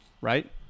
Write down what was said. right